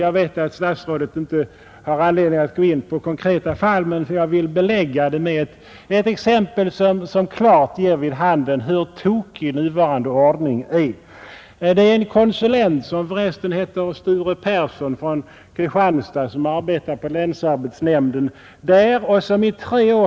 Jag vet att statsrådet inte har anledning att gå in på enskilda fall, men jag vill likväl belysa vad jag åsyftar med ett exempel som klart ger vid handen hur tokig nuvarande ordning är. Det gäller en konsulent som heter Sture Persson och som arbetat på länsarbetsnämnden i Kristianstad.